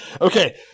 Okay